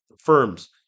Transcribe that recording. firms